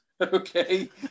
okay